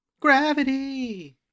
Gravity